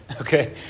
okay